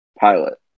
Pilot